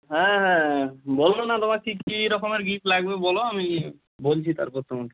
হ্যাঁ হ্যাঁ বলো না তোমার ঠিক কী রকমের গিফট লাগবে বলো আমি বলছি তারপর তোমাকে